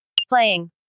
Playing